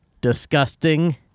disgusting